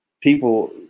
People